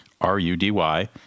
R-U-D-Y